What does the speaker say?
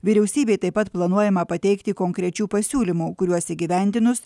vyriausybei taip pat planuojama pateikti konkrečių pasiūlymų kuriuos įgyvendinus